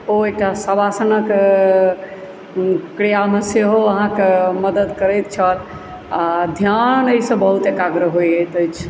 ओ एकटा शवासनक क्रियामे सेहो अहाँकेँ मदद करैत छल आ ध्यान एहिसँ बहुत एकाग्र होइत अछि